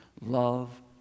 love